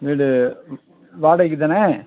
வீடு வாடகைக்கு தானே